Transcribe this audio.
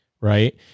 right